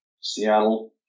Seattle